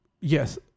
Yes